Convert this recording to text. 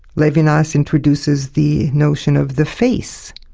levinas introduces the notion of the face,